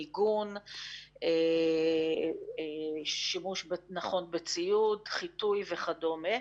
מיגון, שימוש נכון בציוד, חיטוי וכדומה.